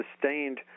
sustained